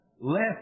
left